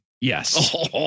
Yes